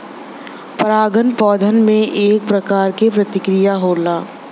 परागन पौधन में एक प्रकार क प्रक्रिया होला